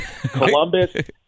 Columbus